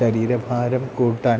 ശരീരഭാരം കൂട്ടാൻ